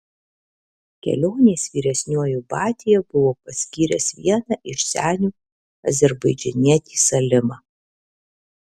kelionės vyresniuoju batia buvo paskyręs vieną iš senių azerbaidžanietį salimą